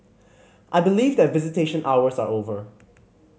I believe that visitation hours are over